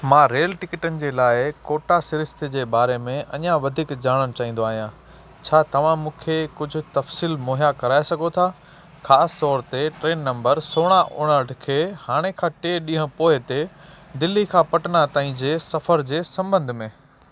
मां रेल टिकटुनि जे लाइ कोटा सिरिश्ते जे बारे में अञा वधीक ॼाणणु चाहींदो आहियां छा तव्हां मूंखे कुझु तफ़सील मुहैया करे सघो था ख़ासि तौर ते ट्रेन नंबर सोरहां उणहठि ऐं हाणे खां टे ॾींहं पोइ ते दिल्ली खां पटना ताईं जे सफ़र जे संॿंध में